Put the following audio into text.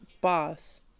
boss